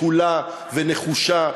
שקולה ונחושה,